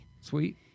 sweet